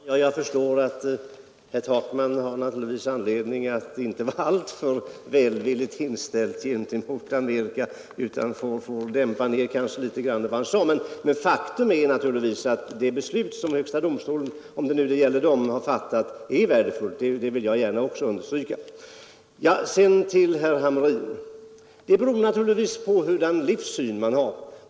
Fru talman! Jag förstår att herr Takman har anledning att inte vara alltför välvilligt inställd mot Amerika utan får lov att något dämpa ned det han sade. Jag vill emellertid också gärna understryka att högsta domstolens utslag är värdefullt. Till herr Hamrin vill jag säga att det beror på vilken livssyn man har.